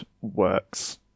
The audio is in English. works